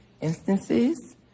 instances